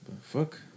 Fuck